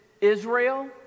Israel